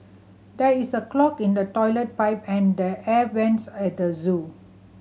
there is a clog in the toilet pipe and the air vents at the zoo